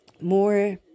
more